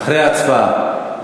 לפני ההצבעה?